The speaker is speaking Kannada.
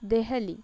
ದೆಹಲಿ